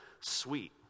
Sweet